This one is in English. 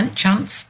chance